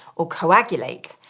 or coagulate.